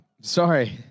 Sorry